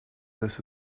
this